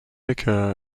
occur